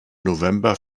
november